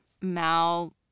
Mal